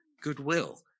goodwill